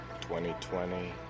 2020